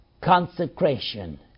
consecration